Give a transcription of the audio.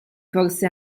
forse